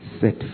set